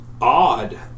odd